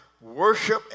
worship